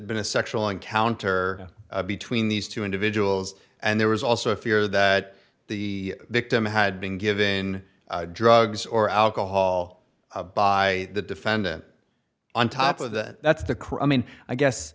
been a sexual encounter between these two individuals and there was also a fear that the victim had been given drugs or alcohol by the defendant on top of that that's the crime in i guess